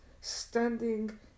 standing